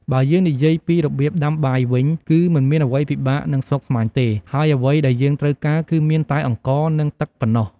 បើយើងនិយាយពីរបៀបដាំបាយវិញ គឺមិនមានអ្វីពិបាក និងស្មុគស្មាញទេ ហើយអ្វីដែលយើងត្រូវការគឺមានតែអង្ករ និង ទឹកប៉ុណ្ណោះ។